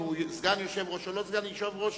אם הוא סגן יושב-ראש או לא סגן יושב-ראש,